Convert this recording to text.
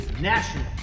National